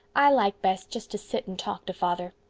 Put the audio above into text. i like best just to sit and talk to father.